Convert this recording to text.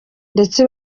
ndetse